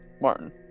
Martin